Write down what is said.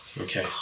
okay